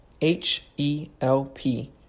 H-E-L-P